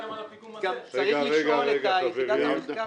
אני מסביר לאלי את הנקודה.